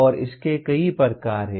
और इसके कई प्रकार हैं